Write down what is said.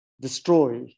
destroy